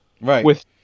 Right